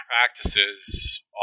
practices